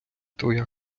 твоя